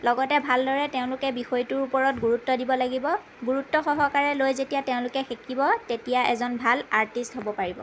লগতে ভালদৰে তেওঁলোকে বিষয়টোৰ ওপৰত গুৰুত্ব দিব লাগিব গুৰুত্ব সহকাৰে লৈ যেতিয়া তেওঁলোকে শিকিব তেতিয়া এজন ভাল আৰ্টিচ হ'ব পাৰিব